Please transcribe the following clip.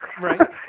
Right